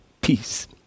peace